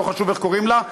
לא חשוב איך קוראים לה,